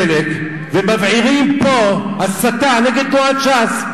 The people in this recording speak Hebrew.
לוקחים את נושא הדלק ומבעירים פה הסתה נגד תנועת ש"ס.